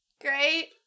great